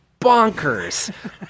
bonkers